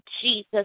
Jesus